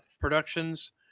Productions